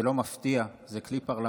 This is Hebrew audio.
זה לא מפתיע, זה כלי פרלמנטרי.